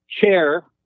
chair